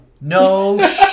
No